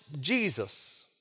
Jesus